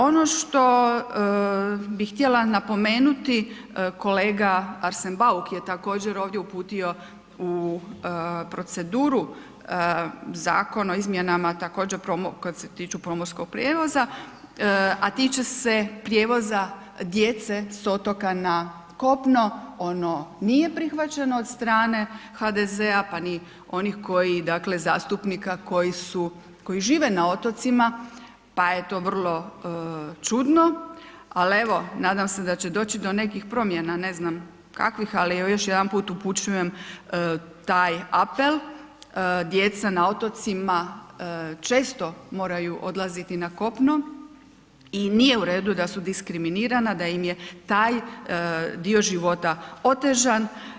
Ono što bih htjela napomenuti kolega Arsen Bauk je također ovdje uputio u proceduru Zakon o izmjenama također koje se tiču pomorskog prijevoza a tiče se prijevoza djece sa otoka na kopno, ono nije prihvaćeno od strane HDZ-a pa ni onih koji dakle zastupnika koji su, koji žive na otocima pa je to vrlo čudno, ali evo, nadam se da će doći do nekih promjena, ne znam kakvih ali još jedanput upućujem taj apel, djeca na otocima često moraju odlaziti na kopno i nije u redu da su diskriminirana, da im je taj dio života otežan.